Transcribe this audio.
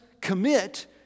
commit